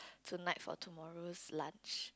tonight for tomorrows lunch